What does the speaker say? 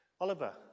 Oliver